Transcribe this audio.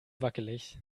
wackelig